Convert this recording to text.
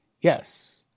Yes